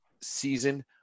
season